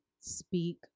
speak